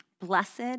Blessed